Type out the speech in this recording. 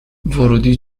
ورودی